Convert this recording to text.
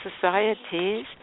societies